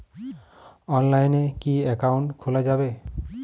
অনলাইনে কি অ্যাকাউন্ট খোলা যাবে?